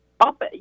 Up